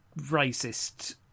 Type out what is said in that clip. racist